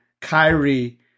Kyrie